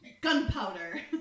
gunpowder